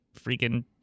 freaking